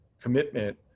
commitment